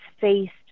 faced